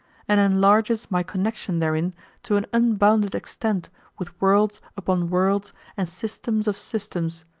and enlarges my connection therein to an unbounded extent with worlds upon worlds and systems of systems,